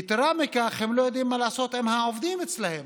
יתרה מכך, הם לא יודעים מה לעשות עם העובדים אצלם.